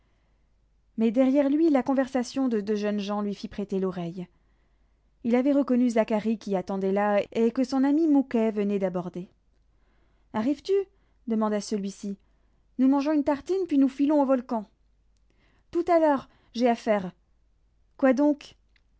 mais derrière lui la conversation de deux jeunes gens lui fit prêter l'oreille il avait reconnu zacharie qui attendait là et que son ami mouquet venait d'aborder arrives tu demanda celui-ci nous mangeons une tartine puis nous filons au volcan tout à l'heure j'ai affaire quoi donc